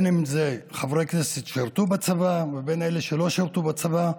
אם אלה חברי כנסת ששירתו בצבא ואם אלה שלא שירתו בצבא.